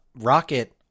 rocket